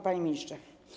Panie Ministrze!